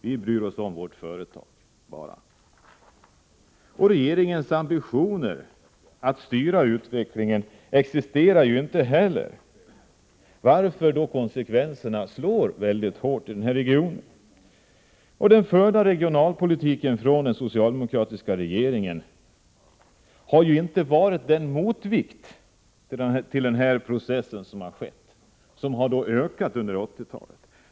Vi bryr oss bara om vårt företag. Regeringen har ju inte heller några ambitioner att styra utvecklingen, varför konsekvenserna blir mycket svåra i den här regionen. Den regionalpolitik som förts av den socialdemokratiska regeringen har inte varit den motvikt som behövts, utan processen har fortsatt i ökat tempo under 1980-talet.